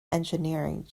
engineering